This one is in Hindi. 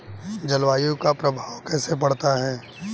जलवायु का प्रभाव कैसे पड़ता है?